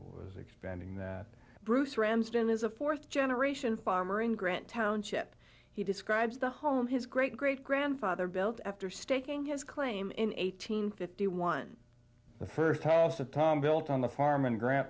was expanding that bruce ramsden is a fourth generation farmer in grant township he describes the home his great great grandfather built after staking his claim in eighteen fifty one the first half the time built on the farm and grant